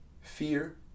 fear